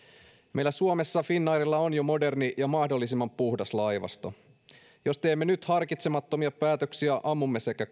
meillä suomessa finnairilla on jo moderni ja mahdollisimman puhdas laivasto jos teemme nyt harkitsemattomia päätöksiä ammumme sekä